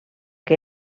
que